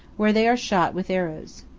where they are shot with arrows.